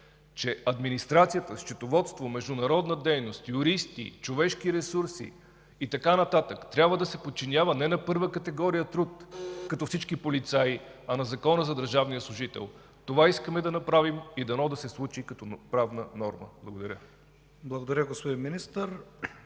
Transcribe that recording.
че администрацията, счетоводство, международна дейност, юристи, „Човешки ресурси” и така нататък трябва да се подчинява не на първа категория труд, както всички полицаи, а на Закона за държавния служител. Това искаме да направим и дано да се случи като правна норма. Благодаря. ПРЕДСЕДАТЕЛ ИВАН